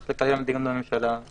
צריך לקיים דיון בממשלה.